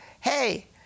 Hey